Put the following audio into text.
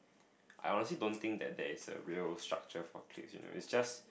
I honestly don't think that there is a real structure for cliques you know it's just